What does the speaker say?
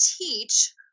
teach